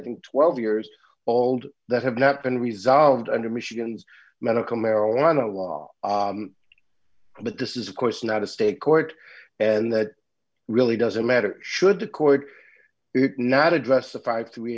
i think twelve years old that have not been resolved under michigan's medical marijuana law but this is of course not a state court and that really doesn't matter should the court not address the five